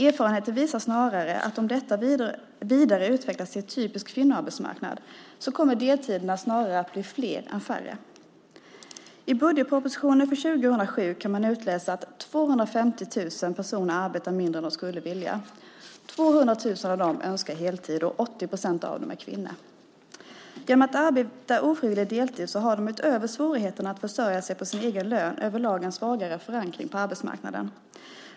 Erfarenheten visar snarare att om detta vidareutvecklas till en typisk kvinnoarbetsmarknad så kommer deltiderna snarare att bli fler än färre. I budgetpropositionen för 2007 kan man utläsa att 250 000 personer arbetar mindre än vad de skulle vilja. 200 000 av dem önskar heltid, och 80 procent av dem är kvinnor. Genom att ofrivilligt arbeta deltid har de utöver svårigheten att försörja sig på sin egen lön överlag en svagare förankring på arbetsmarknaden.